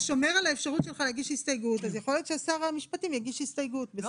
בזכויות לקבלת שירותים - החוק הזה וחוק שיקום נכי נפש בקהילה.